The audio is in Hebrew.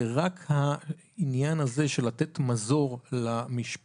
ורק העניין הזה של לתת מזור למשפחות